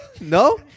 No